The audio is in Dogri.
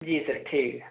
जी सर ठीक ऐ